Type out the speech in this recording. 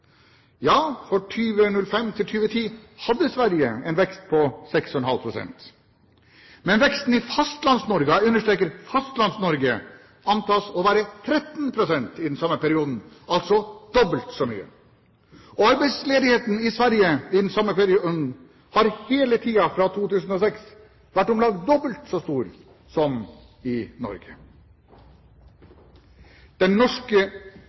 Ja, i 2005–2010 hadde Sverige en vekst på 6,5 pst., men veksten i Fastlands-Norge – jeg understreker Fastlands-Norge – antas å være 13 pst. i den samme perioden, altså dobbelt så mye. Arbeidsledigheten i Sverige i den samme perioden har hele tiden, fra 2006, vært om lag dobbelt så stor som i Norge. Det norske velferdssamfunnet er en stor suksess. Den norske